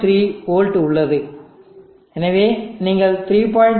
3 volt உள்ளது எனவே நீங்கள் 3